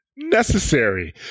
necessary